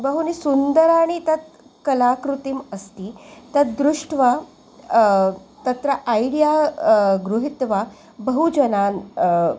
बहुनि सुन्दराणि तत् कलाकृतिम् अस्ति तद्दृष्ट्वा तत्र ऐडिया गृहीत्वा बहुजनान्